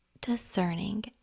discerning